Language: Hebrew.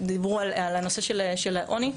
דיברו על הנושא של העוני,